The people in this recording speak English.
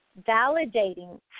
validating